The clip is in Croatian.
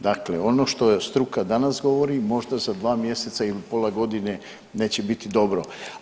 Dakle ono što struka danas govori možda za dva mjeseca ili pola godine neće biti dobro.